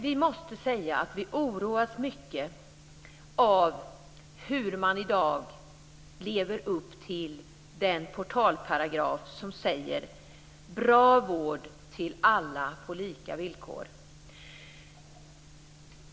Vi måste säga att vi oroas mycket av hur man i dag lever upp till den portalparagraf som handlar om bra vård till alla på lika villkor.